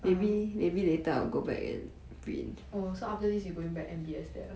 oh so after this you going back N_B_S there lah